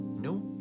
no